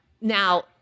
Now